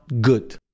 good